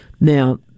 now